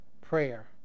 prayer